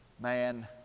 man